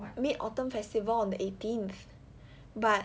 mid autumn festival on the eighteenth but